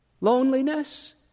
Loneliness